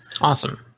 Awesome